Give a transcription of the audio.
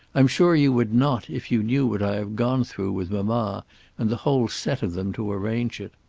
i'm sure you would not if you knew what i have gone through with mamma and the whole set of them to arrange it.